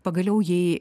pagaliau jei